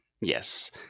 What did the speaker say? yes